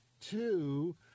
two